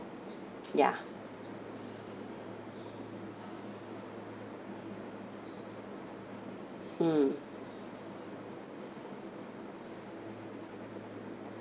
ya mm